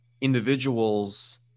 individuals